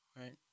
right